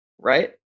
right